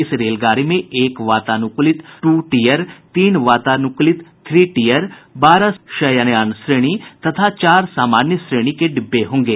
इस रेलगाड़ी में एक वातानुकूलित टू टीयर तीन वातानुकूलित थ्री टीयर बारह शयनयान श्रेणी तथा चार सामान्य श्रेणी के डिब्बों होंगे